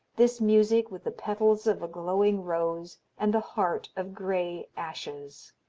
this music with the petals of a glowing rose and the heart of gray ashes.